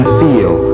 feel